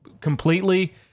completely